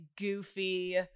goofy